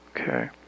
Okay